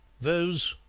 those,